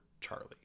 Charlie